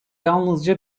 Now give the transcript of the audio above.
yalnızca